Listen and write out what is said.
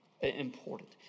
important